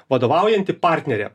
vadovaujanti partnerė